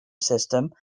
system